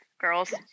girls